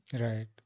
Right